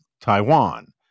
Taiwan